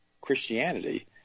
Christianity